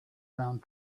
around